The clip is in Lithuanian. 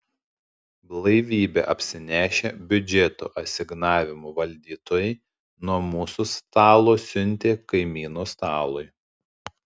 blaivybe apsinešę biudžeto asignavimų valdytojai nuo mūsų stalo siuntė kaimynų stalui